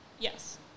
yes